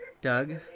Doug